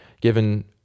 given